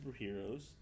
superheroes